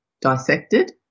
dissected